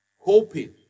hoping